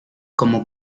como